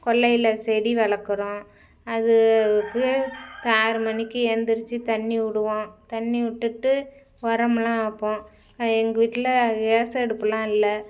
கொள்ளையில் செடி வளர்க்குறோம் அது அதுக்கு ஆறுமணிக்கு எழுந்திரிச்சி தண்ணி விடுவோம் தண்ணி விட்டுட்டு உரமுலாம் வைப்போம் எங்கள் வீட்டுல கேஸ் அடுப்புலான் இல்ல